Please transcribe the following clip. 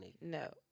No